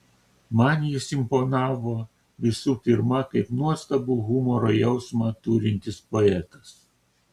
man jis imponavo visų pirma kaip nuostabų humoro jausmą turintis poetas